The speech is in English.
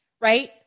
right